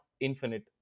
infinite